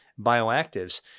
bioactives